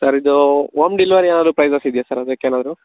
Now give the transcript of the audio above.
sir ಇದು home delivery ಏನಾದರು prices ಇದೆಯಾ ಸರ್ ಅದಕ್ಕೇನಾದರೂ